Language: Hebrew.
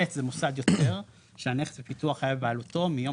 מוסד שהנכס בפיתוח היה בבעלותו מיום